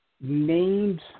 named